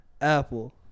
apple